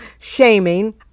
shaming